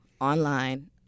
online